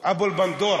אבו אל-בנדורה.